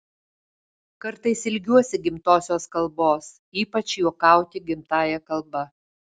kartais ilgiuosi gimtosios kalbos ypač juokauti gimtąja kalba